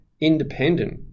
independent